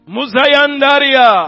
Muzayandaria